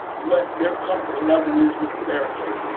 what their comfort level is with the barricade.